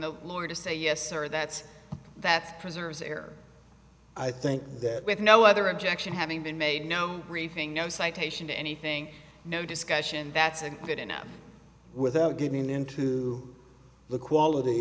florida say yes or that's that preserves air i think that with no other objection having been made known briefing no citation to anything no discussion that's a good enough without getting into the quality